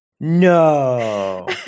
No